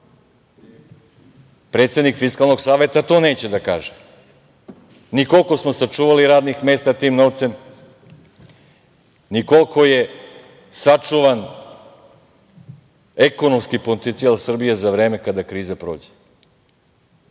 Predsednik Fiskalnog saveta to neće da kaže, ni koliko smo sačuvali radnih mesta tim novcem, ni koliko je sačuvan ekonomski potencijal Srbije za vreme kada kriza prođe.